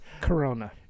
Corona